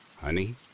Honey